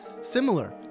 Similar